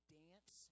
dance